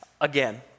again